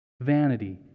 vanity